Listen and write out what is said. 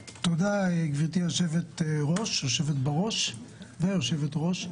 תודה, גברתי היושבת-בראש והיושבת-ראש.